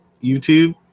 YouTube